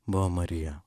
buvo marija